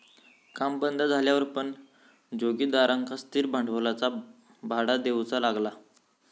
काम बंद झाल्यावर पण जोगिंदरका स्थिर भांडवलाचा भाडा देऊचा लागला